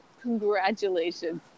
Congratulations